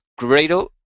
Gradle